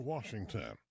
Washington